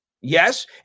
Yes